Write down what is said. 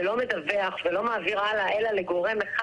ולא מדווח ולא מעביר הלאה אלא לגורם אחד?